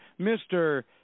Mr